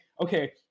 okay